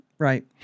Right